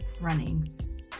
running